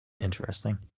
interesting